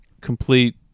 complete